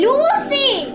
Lucy